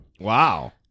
Wow